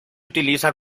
utiliza